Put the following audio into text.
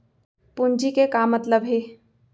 पूंजी के का मतलब हे?